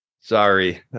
Sorry